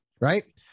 right